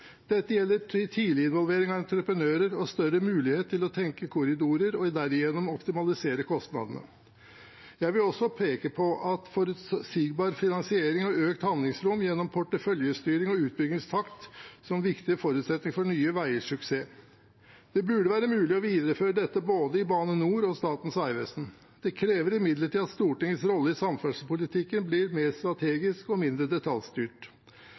Dette gjelder tidlig involvering av entreprenører og større mulighet til å tenke korridorer og derigjennom optimalisere kostnadene. Jeg vil også peke på forutsigbar finansiering og økt handlingsrom gjennom porteføljestyring og utbyggingstakt som viktige forutsetninger for Nye Veiers suksess. Det burde være mulig å videreføre dette både i Bane NOR og i Statens vegvesen. Det krever imidlertid at Stortingets rolle i samferdselspolitikken blir mer strategisk og mindre detaljstyrt.